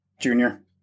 junior